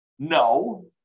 No